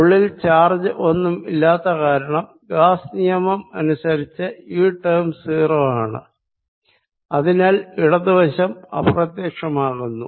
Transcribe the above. ഉള്ളിൽ ചാർജ് ഒന്നും ഇല്ലാത്ത കാരണം ഗാസ്സ് നിയമം അനുസരിച്ച് ഈ ടേം 0 ആണ് അതിനാൽ ഇടതുവശം അപ്രത്യക്ഷമാകുന്നു